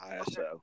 ISO